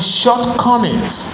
shortcomings